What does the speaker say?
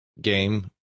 game